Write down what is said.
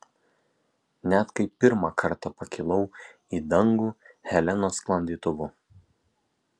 net kai pirmą kartą pakilau į dangų helenos sklandytuvu